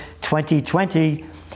2020